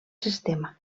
sistema